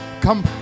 come